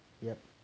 yup